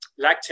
lactate